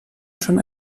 schon